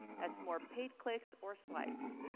that's more paid clicks or swipes.